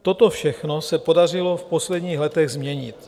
Toto všechno se podařilo v posledních letech změnit.